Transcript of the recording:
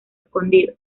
escondido